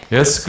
Yes